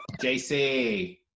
JC